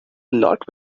لاک